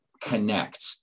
connect